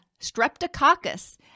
Streptococcus